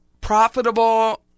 profitable